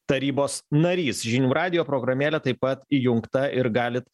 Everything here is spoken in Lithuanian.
tarybos narys žinių radijo programėlė taip pat įjungta ir galit